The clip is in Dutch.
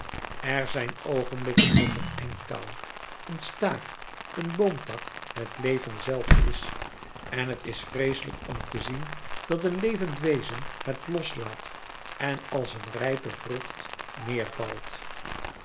er zijn oogenblikken dat een eind touw een staak een boomtak het leven zelf is en t is vreeselijk om te zien dat een levend wezen het loslaat en als een rijpe vrucht neervalt